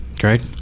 Great